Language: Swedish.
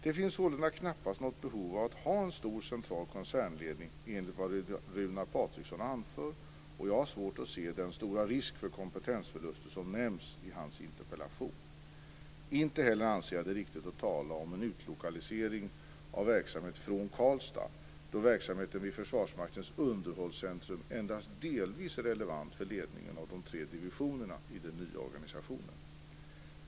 Det finns sålunda knappast något behov av att ha en stor central koncernledning enligt vad Runar Patriksson anför, och jag har svårt att se den stora risk för kompetensförluster som nämns i hans interpellation. Inte heller anser jag att det är riktigt att tala om en utlokalisering av verksamhet från Karlstad, då verksamheten vid Försvarsmaktens underhållscentrum endast delvis är relevant för ledningen av de tre divisionerna i den nya organisationen.